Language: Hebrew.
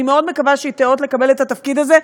אני מאוד מקווה שהיא תיאות לקבל את התפקיד הזה.